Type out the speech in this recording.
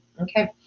Okay